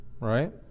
right